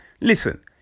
listen